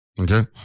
okay